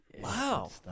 Wow